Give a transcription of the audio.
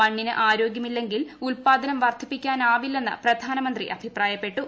മണ്ണിന് ആരോഗ്യമില്ലെങ്കിൽ ഉൽപ്പാദനം വർദ്ധിപ്പിക്കാനാവില്ലെന്ന് പ്രധാനമന്ത്രി അഭിപ്രായപ്പെട്ടു